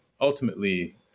ultimately